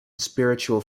spiritual